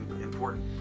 important